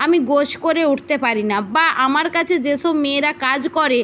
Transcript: আমি গোছ করে উঠতে পারি না বা আমার কাছে যেসব মেয়েরা কাজ করে